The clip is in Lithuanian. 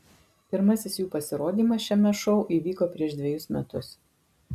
pirmasis jų pasirodymas šiame šou įvyko prieš dvejus metus